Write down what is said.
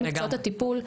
כל מקצועות הטיפול,